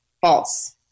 False